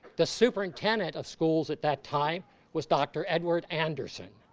the superintendent of schools at that time was dr. edward anderson.